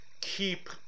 keep